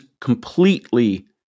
completely